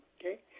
Okay